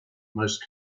most